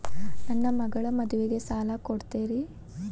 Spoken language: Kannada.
ನನ್ನ ಮಗಳ ಮದುವಿಗೆ ಸಾಲ ಕೊಡ್ತೇರಿ?